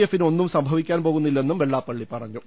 എഫിന് ഒന്നും സംഭവി ക്കാൻ പോകുന്നില്ലെന്നും വെള്ളാപ്പള്ളി പറഞ്ഞു